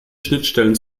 schnittstellen